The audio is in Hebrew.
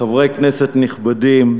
חברי כנסת נכבדים,